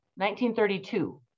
1932